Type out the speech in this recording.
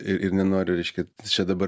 ir ir nenoriu reiškia čia dabar